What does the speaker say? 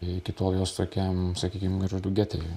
iki tol jos tokiam sakykim gargždų gete